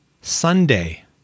Sunday